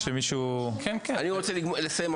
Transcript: אני רוצה לסיים הכול.